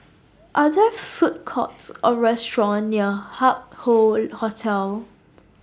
Are There Food Courts Or Restaurant near Hup Hoe Hotel